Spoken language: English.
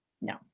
No